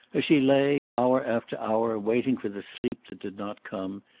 as she lay, hour after hour, waiting for the sleep that did not come,